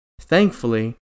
Thankfully